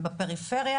ובפריפריה